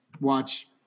watch